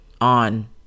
on